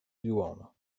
duono